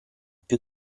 più